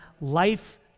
life